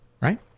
Right